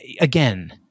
again